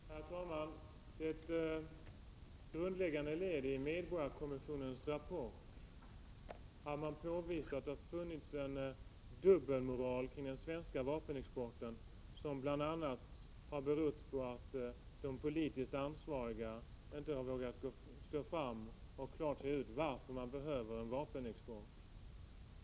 Herr talman! Det grundläggande i medborgarkommissionens rapport är att man påvisar att det funnits en dubbelmoral i den svenska vapenexporten, som bl.a. har berott på att de politiskt ansvariga inte har vågat gå fram och förklara varför man behöver en vapenexport.